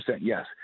yes